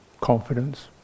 confidence